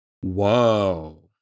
Whoa